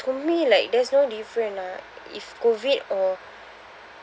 to me like there's no different ah if COVID or